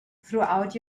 throughout